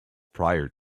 prior